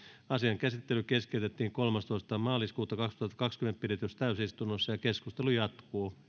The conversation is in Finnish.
asian käsittely keskeytettiin kolmastoista kolmatta kaksituhattakaksikymmentä pidetyssä täysistunnossa keskustelu jatkuu